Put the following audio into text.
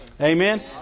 Amen